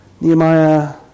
Nehemiah